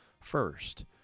first